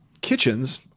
kitchens